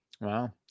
Wow